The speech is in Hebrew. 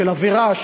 של עבירה,